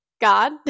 God